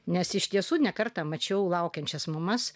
nes iš tiesų ne kartą mačiau laukiančias mamas